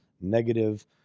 negative